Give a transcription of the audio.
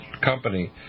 company